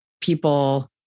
people